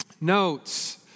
notes